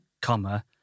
comma